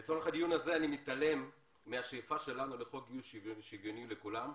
לצורך הדיון הזה אני מתעלם מהשאיפה שלנו לחוק גיוס שוויוני לכולם,